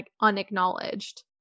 unacknowledged